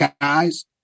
guys